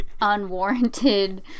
unwarranted